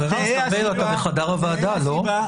חבר הכנסת ארבל, אתה בחדר הוועדה, לא?